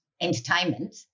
entertainment